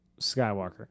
Skywalker